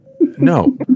No